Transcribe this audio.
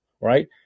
right